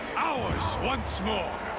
ours once more!